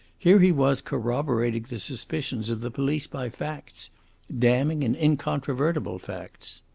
here he was corroborating the suspicions of the police by facts damning and incontrovertible facts.